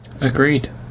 Agreed